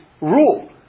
rule